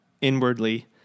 inwardly